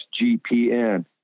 SGPN